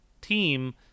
team